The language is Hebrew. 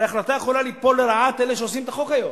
הרי ההחלטה יכולה ליפול לרעת אלה שעושים את החוק היום.